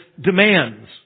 demands